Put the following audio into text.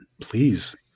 Please